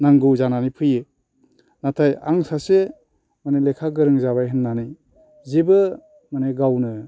नांगौ जानानै फैयो नाथाय आं सासे माने लेखा गोरों जाबाय होननानै जेबो माने गावनो